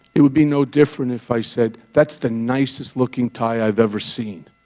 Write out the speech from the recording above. it would be no different if i said, that's the nicest looking tie i've ever seen.